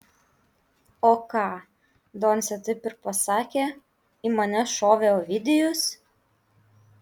o ką doncė taip ir pasakė į mane šovė ovidijus